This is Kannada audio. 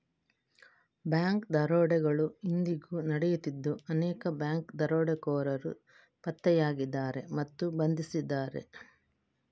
ಬ್ಯಾಂಕ್ ದರೋಡೆಗಳು ಇಂದಿಗೂ ನಡೆಯುತ್ತಿದ್ದು ಅನೇಕ ಬ್ಯಾಂಕ್ ದರೋಡೆಕೋರರು ಪತ್ತೆಯಾಗಿದ್ದಾರೆ ಮತ್ತು ಬಂಧಿಸಿದ್ದಾರೆ